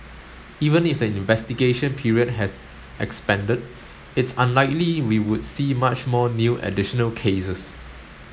even if the investigation period has expanded it's unlikely we would see much more new additional cases